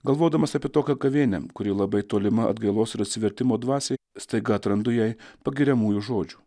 galvodamas apie tokią gavėnią kuri labai tolima atgailos ir atsivertimo dvasiai staiga atrandu jai pagiriamųjų žodžių